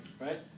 Right